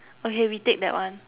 okay we take that one